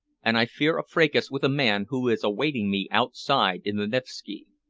and i fear a fracas with a man who is awaiting me outside in the nevski.